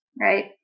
right